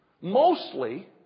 mostly